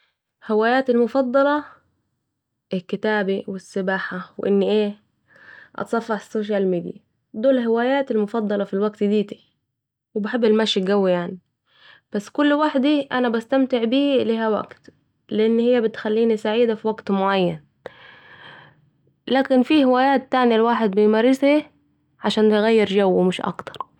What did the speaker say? هوايتي المفضلة الكتابه و السباحه و أن اي ؟ اتصفح السوشيال ميديا دول هوياتي المفضلة في الوقت ديتي ، وبحب المشي قوي يعني بس كل وحده أنا بستمتع بيها ليها وقت، لان هي بتخليني سعيده في وقت معين لكن في هوايات تانيه الواحد بيمارسها علشان يغير جو مش اكتر